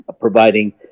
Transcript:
providing